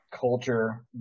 culture